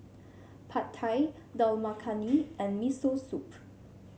Pad Thai Dal Makhani and Miso Soup